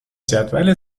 جدول